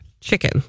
Chicken